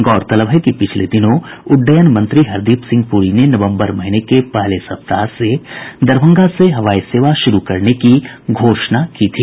गौरतलब है कि पिछले दिनों उड्डयन मंत्री हरदीप सिंह पुरी ने नवम्बर महीने के पहले सप्ताह से दरभंगा से हवाई सेवा शुरू करने की घोषणा की थी